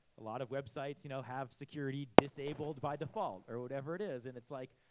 a lot of websites you know have security disabled by default. or whatever it is. and it's like,